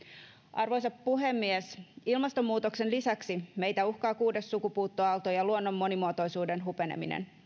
arvoisa puhemies ilmastonmuutoksen lisäksi meitä uhkaa kuudes sukupuuttoaalto ja luonnon monimuotoisuuden hupeneminen